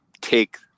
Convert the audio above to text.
take